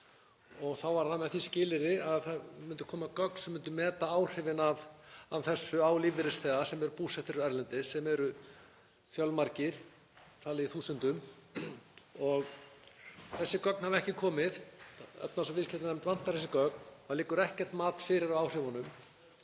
og þá var það með því skilyrði að það myndu koma gögn sem myndu meta áhrifin af þessu á lífeyrisþega sem eru búsettir erlendis, en þeir eru fjölmargir, talið í þúsundum. Þessi gögn hafa ekki komið, efnahags- og viðskiptanefnd vantar þessi gögn. Það liggur ekkert mat fyrir á áhrifunum.